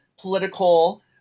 political